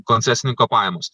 koncesininko pajamos